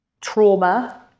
trauma